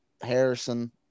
harrison